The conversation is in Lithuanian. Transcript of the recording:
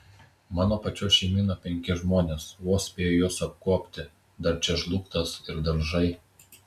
mano pačios šeimyna penki žmonės vos spėju juos apkuopti dar čia žlugtas ir daržai